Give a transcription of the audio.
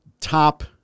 top